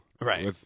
right